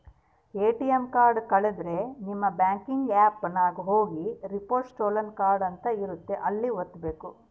ATM card ಕಳುದ್ರೆ ನಿಮ್ banking app ನಾಗ ಹೋಗಿ ರಿಪೋರ್ಟ್ ಸ್ಟೋಲನ್ ಕಾರ್ಡ್ ಅಂತ ಇರುತ್ತ ಅಲ್ಲಿ ವತ್ತ್ಬೆಕು